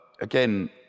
again